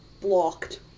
blocked